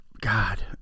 God